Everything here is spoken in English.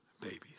babies